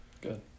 good